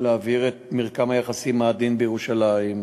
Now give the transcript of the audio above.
להבעיר את מרקם היחסים העדין בירושלים,